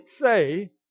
say